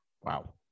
Wow